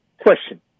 question